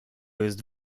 jest